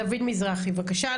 דוד מזרחי, בבקשה.